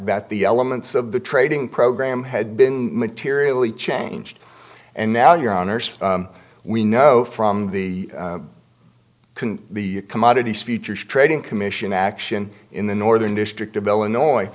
that the elements of the trading program had been materially changed and now your honor we know from the the commodities futures trading commission action in the northern district of illinois